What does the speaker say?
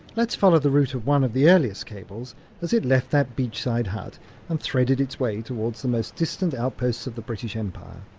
let's follow the route of one of the earliest cables as it left that beachside hut and threaded its way towards the most distant outposts of the british empire.